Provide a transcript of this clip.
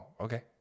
okay